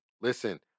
listen